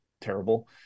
terrible